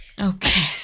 Okay